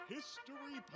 History